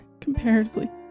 comparatively